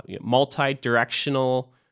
multi-directional